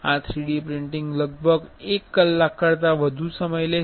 આ 3D printing લગભગ એક કલાક કરતા વધુ સમય લેશે